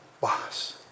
boss